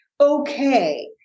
okay